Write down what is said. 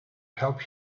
help